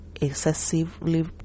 excessively